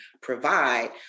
provide